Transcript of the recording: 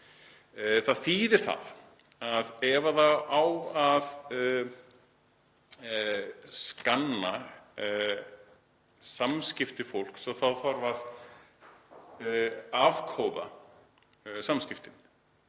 Það þýðir að ef það á að skanna samskipti fólks þá þarf að afkóða samskiptin